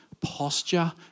posture